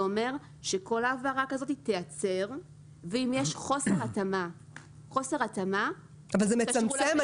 זה אומר שכל העברה כזאת תיעצר ואם יש חוסר התאמה --- אבל זה מצמצם.